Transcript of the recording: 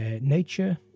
Nature